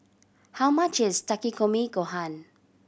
how much is Takikomi Gohan